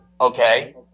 Okay